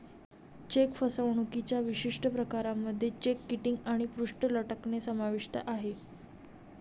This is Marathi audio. चेक फसवणुकीच्या विशिष्ट प्रकारांमध्ये चेक किटिंग आणि पृष्ठ लटकणे समाविष्ट आहे